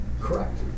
Correct